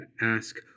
ask